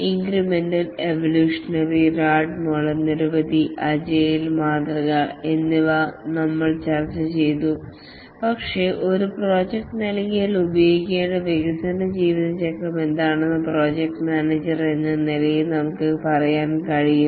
വർദ്ധനവ് പരിണാമം RAD model നിരവധി തരം അജയ്ല് മാതൃകകൾ എന്നിവ ഞങ്ങൾ ചർച്ചചെയ്തു പക്ഷേ ഒരു പ്രോജക്റ്റ് നൽകിയാൽ ഉപയോഗിക്കേണ്ട വികസന ജീവിതചക്രം എന്താണെന്ന് പ്രോജക്ട് മാനേജർ എന്ന നിലയിൽ നമുക്ക് പറയാൻ കഴിയും